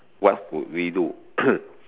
what would we do